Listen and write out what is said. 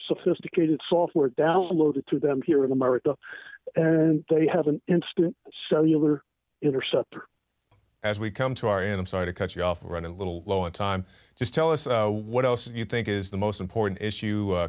sophisticated software downloaded to them here in america they have an instant cellular intercept as we come to our and i'm sorry to cut you off running a little low in time just tell us what else you think is the most important issue